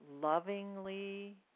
lovingly